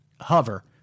hover